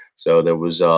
so there was, um